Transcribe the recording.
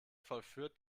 vollführt